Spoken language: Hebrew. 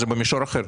זה במישור אחר.